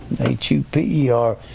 H-U-P-E-R